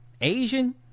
asian